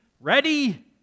ready